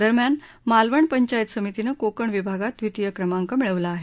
दरम्यान मालवण पंचायत समितीनं कोकण विभागात दवितीय क्रमांक मिळवला आहे